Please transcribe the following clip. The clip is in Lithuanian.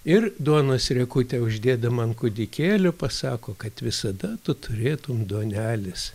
ir duonos riekutę uždėdama ant kūdikėlio pasako kad visada tu turėtum duonelės